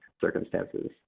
circumstances